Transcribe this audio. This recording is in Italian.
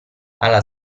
alla